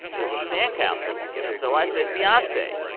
it was sandcastles, and so i said beyonce.